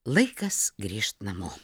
laikas grįžt namo